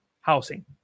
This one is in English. housing